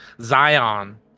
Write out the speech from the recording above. Zion